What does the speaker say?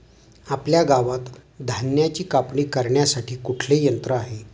आपल्या गावात धन्याची कापणी करण्यासाठी कुठले यंत्र आहे?